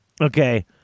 okay